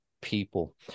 people